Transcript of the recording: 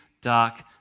dark